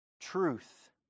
Truth